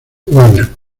warner